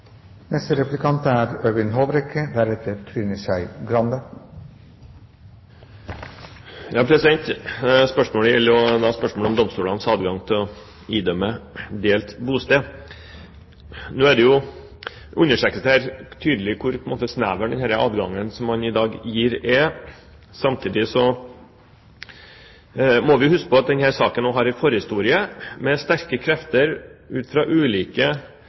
Spørsmålet gjelder domstolenes adgang til å idømme delt bosted. Nå understrekes det tydelig hvor snever den adgangen man i dag gir, er. Samtidig må vi huske på at denne saken har en forhistorie. Sterke krefter har ut fra ulike